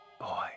Boy